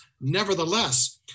Nevertheless